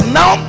now